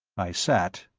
i sat.